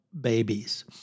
babies